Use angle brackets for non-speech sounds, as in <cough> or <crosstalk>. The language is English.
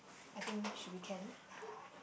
I think should be can <noise>